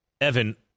Evan